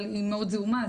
אבל היא מאוד זעומה,